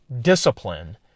discipline